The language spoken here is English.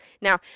Now